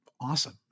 awesome